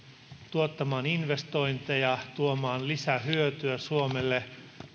tuottamaan investointeja tuomaan lisähyötyä suomelle